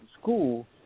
school